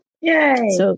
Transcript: Yay